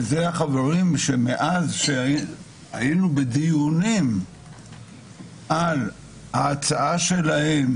אלה החברים שמאז שהיינו בדיונים על ההצעה שלהם